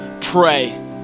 pray